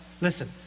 Listen